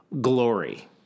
glory